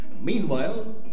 Meanwhile